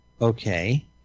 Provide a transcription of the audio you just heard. okay